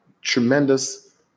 tremendous